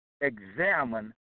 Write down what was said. examine